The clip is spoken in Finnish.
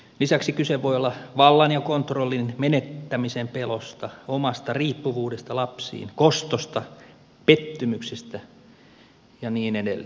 lisäksi kyse voi olla vallan ja kontrollin menettämisen pelosta omasta riippuvuudesta lapsiin kostosta pettymyksestä ja niin edelleen